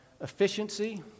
efficiency